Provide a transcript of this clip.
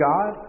God